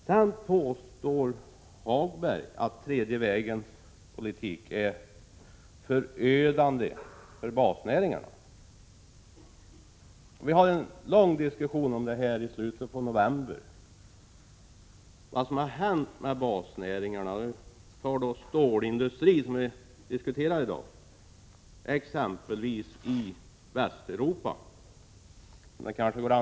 Fru talman! Propositionen gäller enbart ägandet i SSAB, och det är det som utskottet har behandlat. Strukturfrågorna — om vi skall kalla dem det — har inte diskuterats i utskottet. Vi skall inte heller diskutera dem, då det pågår förhandlingar. Lars-Ove Hagberg påstår att den tredje vägens politik är förödande för basnäringarna.